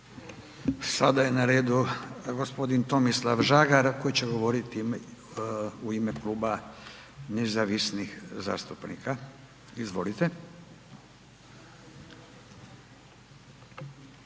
Sada je na redu gospodin Tomislav Žagar koji će govoriti u ime Kluba nezavisnih zastupnika. Izvolite.